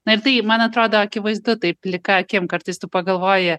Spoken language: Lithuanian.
na ir tai man atrodo akivaizdu taip plika akim kartais tu pagalvoji